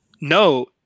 No